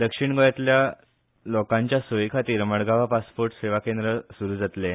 दक्षीण गोंयांतल्या लोकांचे सोयी खातीर मडगांवां पासपोर्ट सेवा केंद्र सुरू जातलें